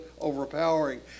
overpowering